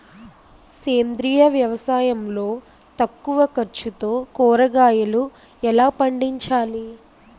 సేంద్రీయ వ్యవసాయం లో తక్కువ ఖర్చుతో కూరగాయలు ఎలా పండించాలి?